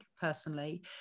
personally